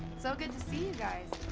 so good to see you guys.